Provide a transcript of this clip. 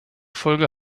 folge